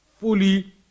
fully